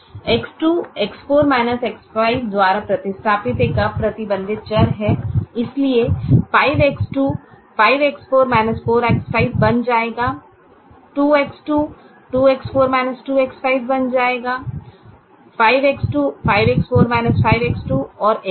X2 X4 X5 द्वारा प्रतिस्थापित एक अप्रतिबंधित चर है इसलिए 5X2 यह 5X4 5X5 बन जाएगा 2X2 यह 2X4 2X5 बन जाएगा 5X2 यह 5X4 5X5 और ऐसे ही